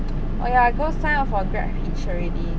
oh ya I go sign up for GrabHitch already